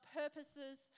purposes